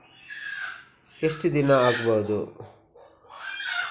ಎಷ್ಟು ದಿನ ಆಗ್ಬಹುದು?